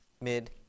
mid